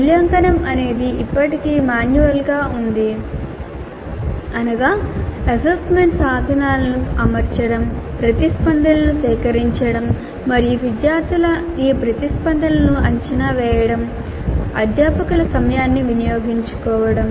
మూల్యాంకనం అనేది ఇప్పటికీ మాన్యువల్గా ఉంది అనగా అసెస్మెంట్ సాధనాలను అమర్చడం ప్రతిస్పందనలను సేకరించడం మరియు విద్యార్థుల ఈ ప్రతిస్పందనలను అంచనా వేయడం అధ్యాపకుల సమయాన్ని వినియోగించుకోవడం